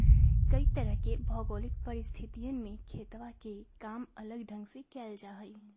कई तरह के भौगोलिक परिस्थितियन में खेतवा के काम अलग ढंग से कइल जाहई